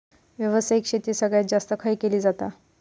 व्यावसायिक शेती सगळ्यात जास्त खय केली जाता?